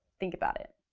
think about it,